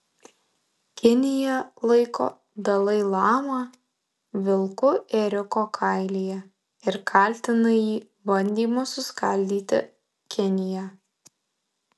kinija laiko dalai lamą vilku ėriuko kailyje ir kaltina jį bandymu suskaldyti kiniją